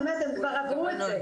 אני אומרת הם כבר עברו את זה,